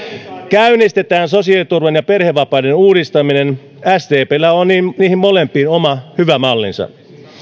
käynnistetään sosiaaliturvan ja perhevapaiden uudistaminen sdpllä on niihin molempiin oma hyvä mallinsa